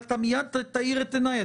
מייד תאיר את עיניי.